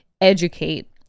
educate